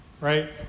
right